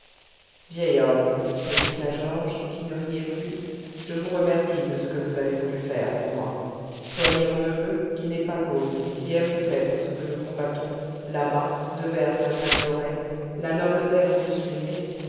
vieil homme répliqua georges qui ne riait plus je vous remercie de ce que vous avez voulu faire pour moi soigner mon neveu qui n'est pas cause et qui aime peut-être ce que nous combattons là-bas devers sainte anne dauray la noble terre où je suis né